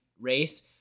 race